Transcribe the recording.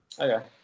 Okay